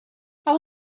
will